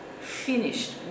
Finished